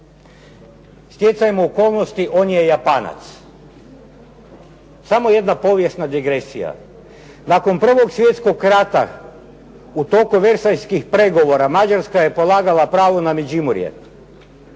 Stjecajem okolnosti on je Japanac, samo jedna povijesna digresija. Nakon prvog svjetskog rata u toku Versajskih pregovora, Mađarska je polagala pravo na Međimurje.